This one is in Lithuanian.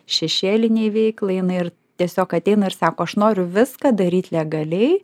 šešėlinei veiklai jinai ir tiesiog ateina ir sako aš noriu viską daryt legaliai